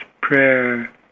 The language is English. prayer